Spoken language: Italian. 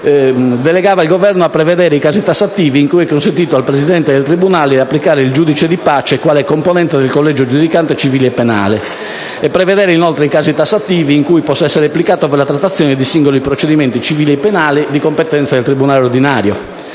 delegava il Governo a «prevedere i casi tassativi in cui è consentito al presidente del tribunale applicare il giudice onorario di pace quale componente del collegio giudicante civile e penale», nonché a «prevedere inoltre i casi tassativi in cui il giudice onorario di pace può essere applicato per la trattazione di singoli procedimenti civili e penali di competenza del tribunale ordinario».